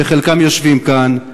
שחלקם יושבים כאן,